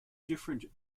different